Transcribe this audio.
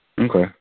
Okay